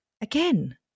again